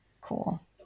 Cool